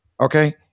Okay